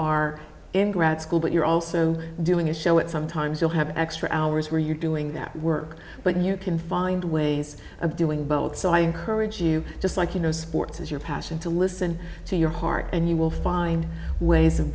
are in grad school but you're also doing a show at some times you'll have extra hours where you're doing that work but you can find ways of doing both so i encourage you just like you know sports is your passion to listen to your heart and you will find ways of